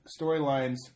storylines